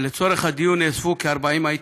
לצורך הדיון נאספו כ-40 אייטמים.